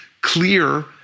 clear